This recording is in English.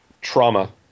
Trauma